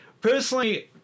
Personally